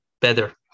better